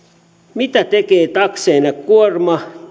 mitä tekevät takseina kuorma